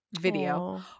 video